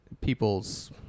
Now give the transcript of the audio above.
people's